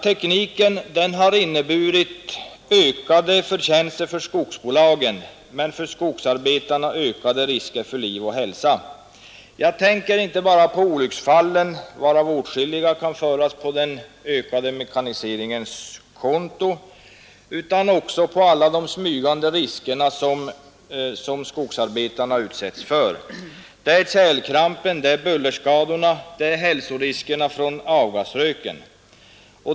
Tekniken har inneburit ökade förtjänster för skogsbolagen men för skogsarbetarna ökade risker för liv och hälsa. Jag tänker inte bara på olycksfallen, varav åtskilliga kan föras på den utökade mekaniseringens konto, utan också på alla de smygande risker som skogsarbetarna utsätts för: kärlkramp, bullerskador och hälsorisker i samband med avgasröken.